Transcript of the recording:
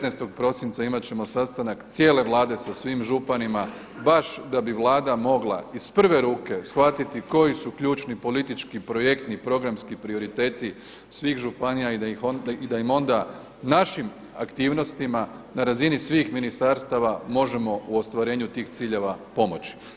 19. prosinca imat ćemo sastanak cijele Vlade sa svim županima baš da bi Vlada mogla iz prve ruke shvatiti koji su ključni politički projektni programski prioriteti svih županija i da im onda našim aktivnostima na razini svih ministarstava možemo u ostvarenju tih ciljeva pomoći.